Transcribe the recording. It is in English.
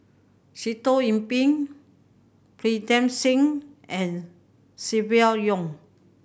Sitoh Yih Pin Pritam Singh and Silvia Yong